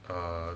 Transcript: err